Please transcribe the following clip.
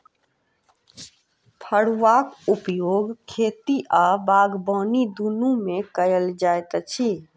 फड़ुआक उपयोग खेती आ बागबानी दुनू मे कयल जाइत अछि